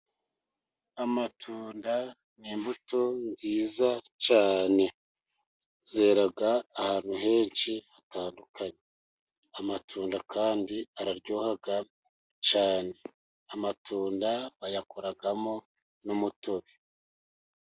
Amatunda ni imbuto nziza cyane zera ahantu henshi hatandukanye, amatunda kandi araryoha cyane, amatunda bayakoramo n'umutobe.